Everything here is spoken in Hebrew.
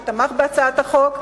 שתמך בהצעת החוק,